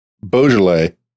beaujolais